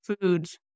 foods